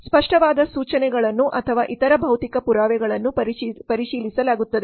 ಸ್ಪಷ್ಟವಾದ ಸೂಚನೆಗಳನ್ನು ಅಥವಾ ಇತರ ಭೌತಿಕ ಪುರಾವೆಗಳನ್ನು ಪರಿಶೀಲಿಸಲಾಗುತ್ತಿದೆ